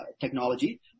technology